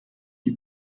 die